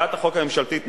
הצעת החוק הממשלתית,